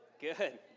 Good